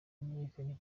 wamenyekanye